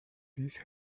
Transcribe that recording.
these